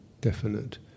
definite